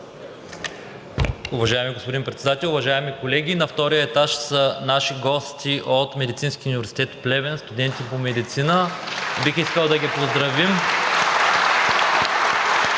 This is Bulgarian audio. Уважаеми господин Председател, уважаеми колеги, на втория етаж са наши гости от Медицинския университет в Плевен – студенти по медицина. (Бурни и продължителни